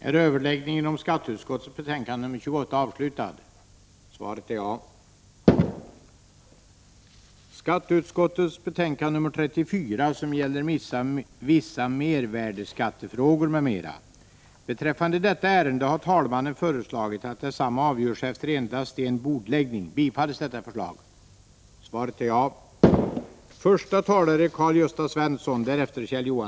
Eftersom ingen talare finns anmäld beträffande lagutskottets betänkande 23 övergår kammaren nu till att debattera socialförsäkringsutskottets betänkande 13 om invandring m.m.